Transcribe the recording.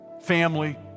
Family